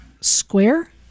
square